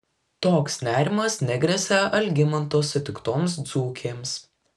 toks nerimas negresia algimanto sutiktoms dzūkėms